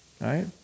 Right